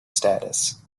status